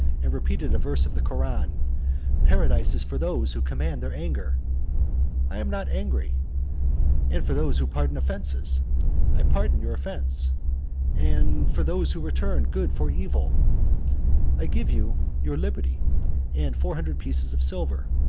and repeated a verse of the koran paradise is for those who command their anger i am not angry and for those who pardon offences i pardon your offence and for those who return good for evil i give you your liberty and four hundred pieces of silver.